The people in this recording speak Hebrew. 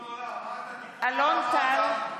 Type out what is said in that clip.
אלון טל,